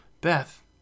Beth